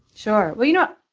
sure. well, you know,